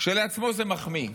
כשלעצמו זה מחמיא.